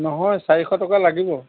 নহয় চাৰিশ টকা লাগিব